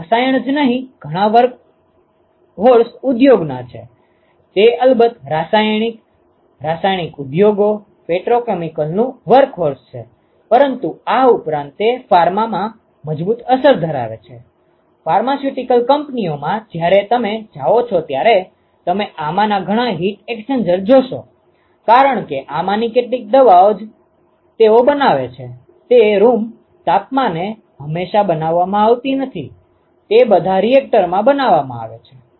ફક્ત રાસાયણિક જ નહીંઘણા ઉદ્યોગોના વર્કહોર્સ છે તે અલબત્ત રાસાયણિક રાસાયણિક ઉદ્યોગો પેટ્રોકેમિકલનું વર્કહોર્સ છે પરંતુ આ ઉપરાંત તે ફાર્મામાં મજબૂત અસર ધરાવે છે ફાર્માસ્યુટિકલ કંપનીઓમાં જ્યારે તમે જાઓ ત્યારે તમે આમાંના ઘણાં હીટ એક્સ્ચેન્જર જોશો કારણ કે આમાંની કેટલીક દવાઓ જે તેઓ બનાવે છે તે રૂમ તાપમાને હંમેશાં બનાવવામાં આવતી નથી તે બધા રિએક્ટરમાં બનાવવામાં આવે છે